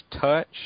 touch